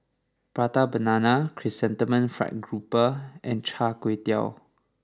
Prata Banana Chrysanthemum Fried Garoupa and Char Kway Teow